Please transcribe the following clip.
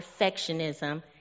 perfectionism